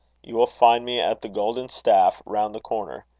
you will find me at the golden staff, round the corner.